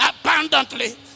abundantly